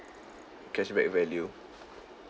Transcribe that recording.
cashback value